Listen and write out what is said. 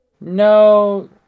No